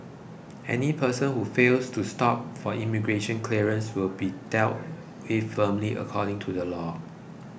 any person who fails to stop for immigration clearance will be dealt with firmly according to the law